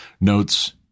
notes